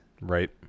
Right